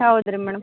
ಹೌದು ರೀ ಮೇಡಮ್